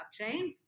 right